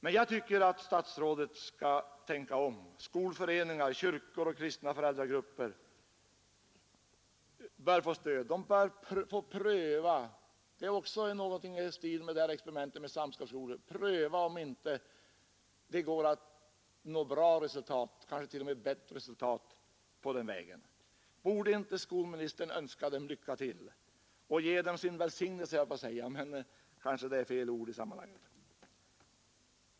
Men jag tycker att statsrådet skall tänka om. Skolföreningar, kyrkor och kristna föräldragrupper bör få stöd. Det är någonting i stil med experimentet med samskapsskolor. De bör få pröva om det inte går att nå bra resultat, kanske till och med bättre resultat, på den vägen. Borde inte skolministern önska dem lycka till och ge dem sin välsignelse? Nå, det sista är kanske fel ord i sammanhanget.